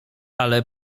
ale